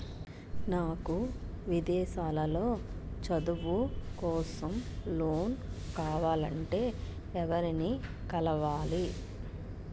నాకు విదేశాలలో చదువు కోసం లోన్ కావాలంటే ఎవరిని కలవాలి?